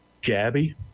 Gabby